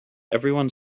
everyone